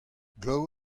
glav